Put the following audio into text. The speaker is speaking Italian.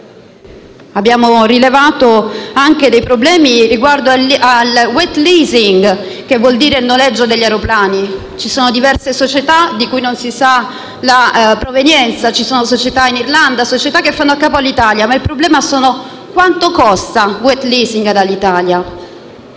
Abbiamo rilevato anche dei problemi riguardo al *wet leasing*, ovvero riguardo al noleggio degli aeroplani. Ci sono diverse società di cui non si conosce la provenienza, ci sono società in Irlanda e società che fanno capo all'Italia, ma il problema è quanto costa il *wet leasing* ad Alitalia.